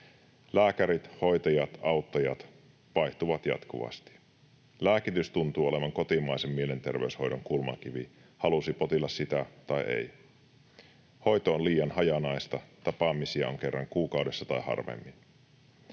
Lääkärit, hoitajat, auttajat vaihtuvat jatkuvasti. Lääkitys tuntuu olevan kotimaisen mielenterveyshoidon kulmakivi, halusi potilas sitä tai ei. Hoito on liian hajanaista, tapaamisia on kerran kuukaudessa tai harvemmin.